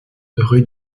rue